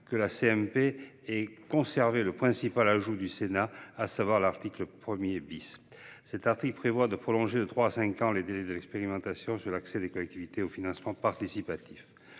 paritaire ait conservé le principal ajout du Sénat, à savoir l’article 1 . Ce dernier vise à prolonger de trois à cinq ans le délai de l’expérimentation sur l’accès des collectivités au financement participatif.